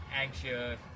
anxious